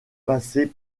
passer